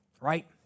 right